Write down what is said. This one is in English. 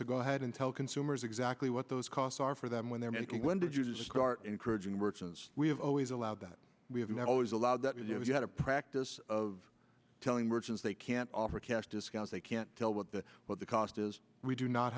to go ahead and tell consumers exactly what those costs are for them when they're making when did you just start encouraging work since we have always allowed that we have always allowed that you know you had a practice of telling merchants they can't offer cash discount they can't tell what the what the cost is we do not